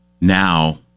Now